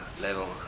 level